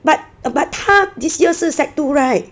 but but 他 this year 是 sec two [right]